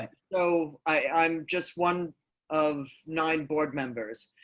so, i, i'm just one of nine board members,